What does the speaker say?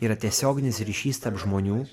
yra tiesioginis ryšys tarp žmonių